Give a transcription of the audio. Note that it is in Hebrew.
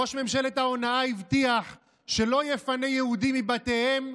ראש ממשלת ההונאה הבטיח שלא יפנה יהודים מבתיהם,